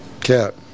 cat